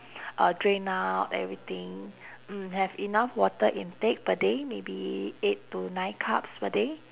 uh drain out everything mm have enough water intake per day maybe eight to nine cups per day